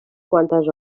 quantes